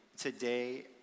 today